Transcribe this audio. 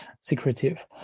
secretive